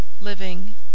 living